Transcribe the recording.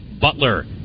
Butler